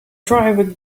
driver